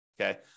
Okay